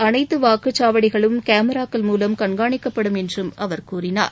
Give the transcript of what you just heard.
அனைத்து வாக்குச்சாவடிகளும் கேமராக்கள் மூலம் கண்கானிக்கப்படும் என்றும் அவர் கூறினார்